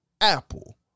Apple